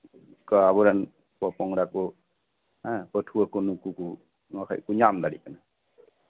ᱚᱱᱠᱟ ᱟᱵᱚ ᱨᱮᱱ ᱯᱚᱼᱯᱚᱝᱲᱟ ᱠᱚ ᱦᱮᱸ ᱯᱟᱹᱴᱷᱩᱣᱟᱹ ᱠᱚ ᱱᱩᱠᱩ ᱠᱚ ᱱᱚᱣᱟ ᱠᱷᱚᱡ ᱠᱚ ᱧᱟᱢ ᱫᱟᱲᱮᱭᱟᱜ ᱠᱟᱱᱟ